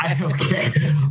Okay